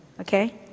okay